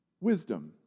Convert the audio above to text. wisdom